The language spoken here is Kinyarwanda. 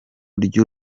ry’u